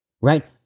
right